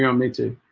you know me too